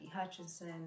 Hutchinson